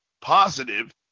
positive